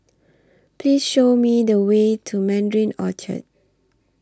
Please Show Me The Way to Mandarin Orchard